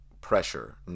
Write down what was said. pressure